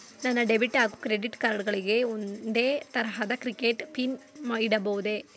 ನನ್ನ ಡೆಬಿಟ್ ಹಾಗೂ credit card ಗಳಿಗೆ ಒಂದೇ ತರಹದ ಸೀಕ್ರೇಟ್ ಪಿನ್ ಇಡಬಹುದೇ?